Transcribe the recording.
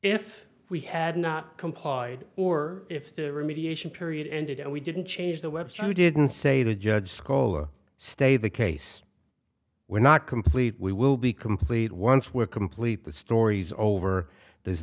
if we had not complied or if the remediation period ended and we didn't change the website we didn't say the judge scola stay the case we're not complete we will be complete once we're complete the story's over there